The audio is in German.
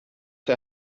der